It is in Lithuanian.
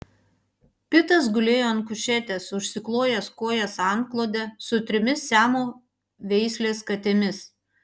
pitas gulėjo ant kušetės užsiklojęs kojas antklode su trimis siamo veislės katėmis